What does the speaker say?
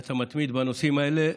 אתה מתמיד בנושאים האלה.